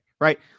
right